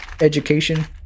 education